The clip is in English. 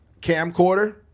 Camcorder